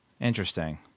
Interesting